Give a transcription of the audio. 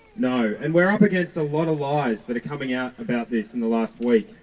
know. and we're up against a lot of lies that are coming out about this in the last week.